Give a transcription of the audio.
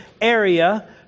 area